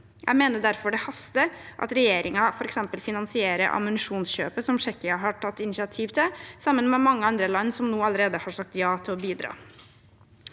Jeg mener derfor det haster at regjeringen f.eks. finansierer ammunisjonskjøpet som Tsjekkia har tatt initiativ til, sammen med mange andre land som nå allerede har sagt ja til å bidra.